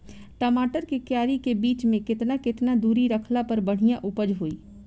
टमाटर के क्यारी के बीच मे केतना केतना दूरी रखला पर बढ़िया उपज होई?